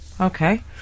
okay